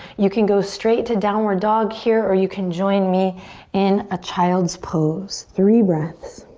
you can go straight to downward dog here or you can join me in a child's pose. three breaths.